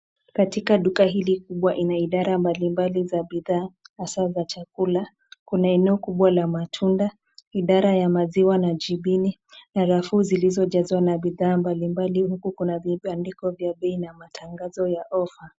Katika duka hili kubwa ina idara mbalimbali za bidhaa hasa za chakula. Kuna eneo kubwa la matunda, idara ya maziwa na jibini na rafu zilizojazwa na bidhaa mbalimbali huku kuna vibandiko vya bei na matangazo ya ofa.